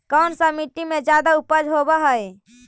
कोन सा मिट्टी मे ज्यादा उपज होबहय?